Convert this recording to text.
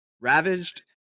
ravaged